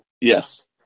Yes